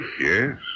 Yes